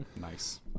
Nice